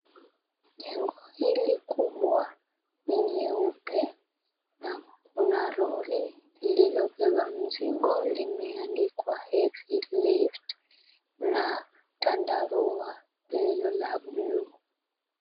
Jengo hili kubwa ni nyeupe na kuna lori lililobeba mzigo limeandikwa, Heavy Lift na tandarua lililo la blue .